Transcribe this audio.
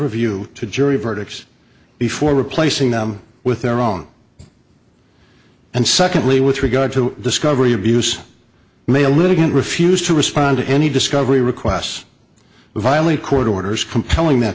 review to jury verdicts before replacing them with their own and secondly with regard to discovery abuse may a litigant refused to respond to any discovery requests vialli court orders compelling that